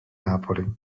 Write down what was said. napoli